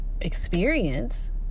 experience